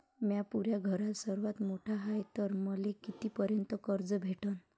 म्या पुऱ्या घरात सर्वांत मोठा हाय तर मले किती पर्यंत कर्ज भेटन?